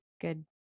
good